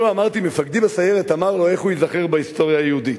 אמרתי שמפקדי בסיירת אמר לו איך הוא ייזכר בהיסטוריה היהודית.